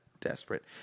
desperate